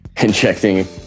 injecting